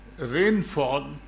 Rainfall